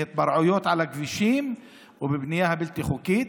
בהתפרעויות על הכבישים ובבנייה הבלתי-חוקית,